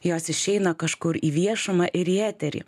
jos išeina kažkur į viešumą ir į eterį